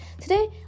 Today